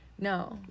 No